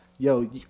yo